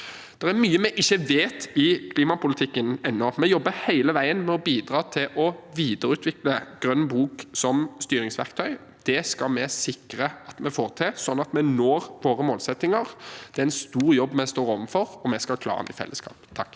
Det er mye vi ennå ikke vet i klimapolitikken. Vi jobber hele veien med å bidra til å videreutvikle Grønn bok som styringsverktøy. Det skal vi sikre at vi får til, slik at vi når våre målsettinger. Det er en stor jobb vi står overfor, og vi skal klare det i fellesskap. Une